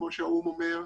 כמו שהאו"ם אומר,